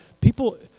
People